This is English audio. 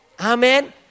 Amen